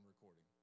recording